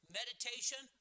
meditation